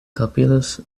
capillos